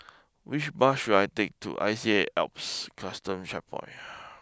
which bus should I take to I C A Alps Custom Checkpoint